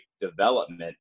development